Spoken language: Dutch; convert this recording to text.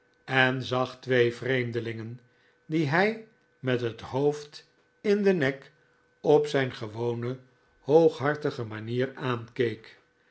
en zag twee vreemdelingen die hij met het hoofd in den nek op zijn gewone hooghartige manier aankeek